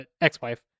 ex-wife